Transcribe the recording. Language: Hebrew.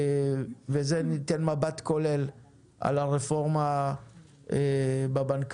ותיתן מבט כולל על הרפורמה בבנקאות.